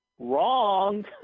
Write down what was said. Wrong